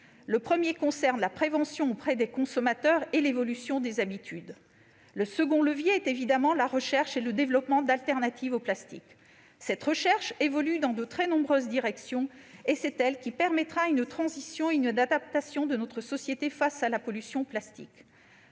Le premier est relatif à la prévention auprès des consommateurs et à l'évolution des habitudes. Le second concerne la recherche et le développement de matériaux substituables au plastique. Cette recherche évolue dans de très nombreuses directions ; c'est elle qui permettra une transition et une adaptation de notre société face à la pollution par le